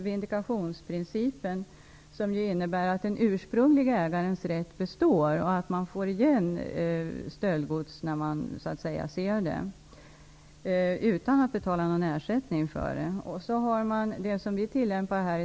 Vindikationsprincipen innebär att den ursprunglige ägarens rätt består och att han utan att betala någon ersättning för stöldgodset får igen det när han hittar på det.